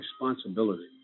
responsibility